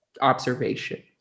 observation